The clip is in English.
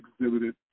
exhibited